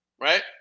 right